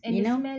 you know